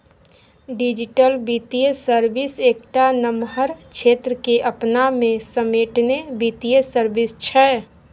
digital बित्तीय service एकटा नमहर क्षेत्र केँ अपना मे समेटने बित्तीय सर्विस छै